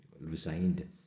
resigned